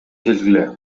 келгиле